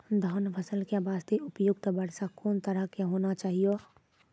धान फसल के बास्ते उपयुक्त वर्षा कोन तरह के होना चाहियो?